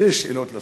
שתי שאלות לשר: